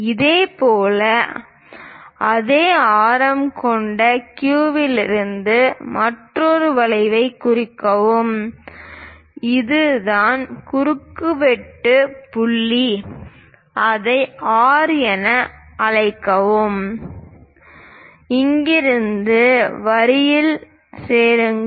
இதேபோல் அதே ஆரம் கொண்ட Q புள்ளியிலிருந்து மற்றொரு வளைவைக் குறிக்கவும் இதனால் குறுக்குவெட்டு புள்ளி அதை R என அழைக்கிறது அங்கிருந்து வரியில் சேருங்கள்